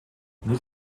нэг